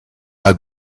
how